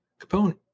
Capone